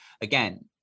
again